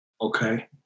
Okay